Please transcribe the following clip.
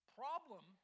problem